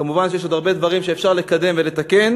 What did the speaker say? כמובן, יש עוד הרבה דברים שאפשר לקדם ולתקן,